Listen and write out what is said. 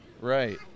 Right